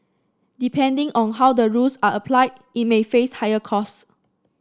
depending on how the rules are applied it may face higher costs